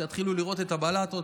שיתחילו לראות את הבלטות.